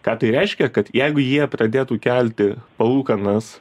ką tai reiškia kad jeigu jie pradėtų kelti palūkanas